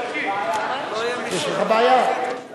מדברים בהצעת חוק גמול לחיילים בשירות סדיר,